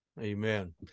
Amen